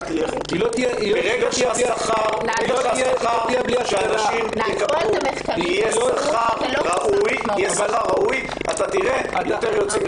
ברגע שהשכר שיקבלו יהיה שכר ראוי אתה תראה יותר אנשים יוצאים